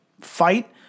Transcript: fight